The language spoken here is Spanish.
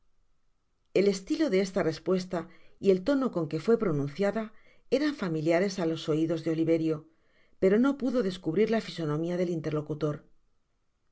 el estilo de esta respuesta y el tono con que fué pronunciada eran familiares á los oidos de oliverio pero no pudo descubrir la fisonomia del interlocutor